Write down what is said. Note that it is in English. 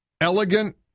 elegant